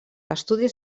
estudis